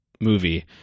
movie